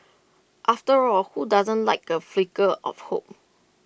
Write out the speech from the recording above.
after all who doesn't like A flicker of hope